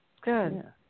good